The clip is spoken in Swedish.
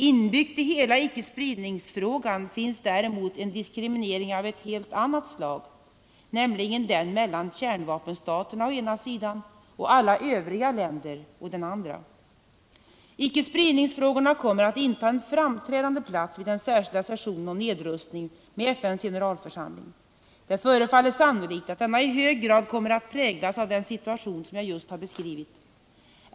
Inbyggt i hela icke-spridningsfrågan finns däremot en diskriminering av helt annat slag, nämligen den mellan kärnvapenstaterna å ena sidan och alla övriga länder å den andra. Icke-spridningsfrågorna kommer att inta en framträdande plats vid den särskilda sessionen om nedrustning med FN:s generalförsamling. Det förefaller sannolikt att denna i hög grad kommer att präglas av den situation som jag just har beskrivit.